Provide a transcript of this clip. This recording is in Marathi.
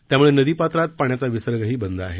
त्यामुळे नदी पात्रात पाण्याचा विसर्ग ही बंद आहे